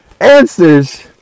answers